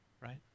right